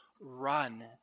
run